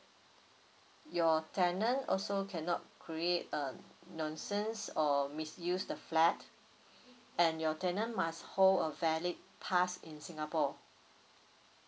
your tenant also cannot create uh nonsense or misuse the flat and your tenant must hold a valid pass in singapore